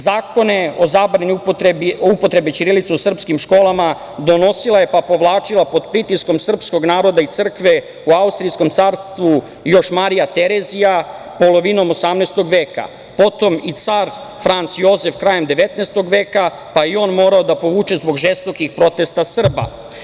Zakone o zabrani upotrebe ćirilice u srpskim školama donosila je, pa povlačila pod pritiskom srpskog naroda i crkve u Austrijskom carstvu, još Marija Terezija polovinom 18. veka, potom i car Franc Jozef krajem 19. veka, pa je i on morao da povuče zbog žestokih protesta Srba.